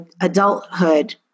adulthood